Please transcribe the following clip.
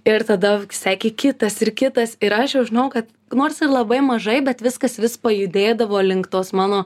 ir tada sekė kitas ir kitas ir aš jau žinojau kad nors ir labai mažai bet viskas vis pajudėdavo link tos mano